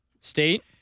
state